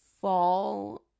fall